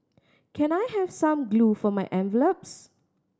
can I have some glue for my envelopes